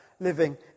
living